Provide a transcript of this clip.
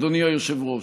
אדוני היושב-ראש,